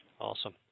Awesome